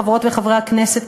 חברות וחברי הכנסת,